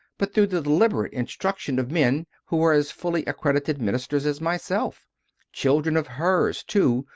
but through the deliberate instruction of men who were as fully accredited ministers as myself children of hers, too,